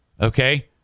Okay